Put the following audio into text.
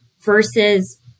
versus